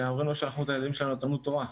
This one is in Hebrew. ההורים לא שלחו את הילדים שלהם לתלמוד התורה.